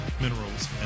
minerals